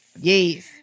Yes